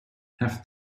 have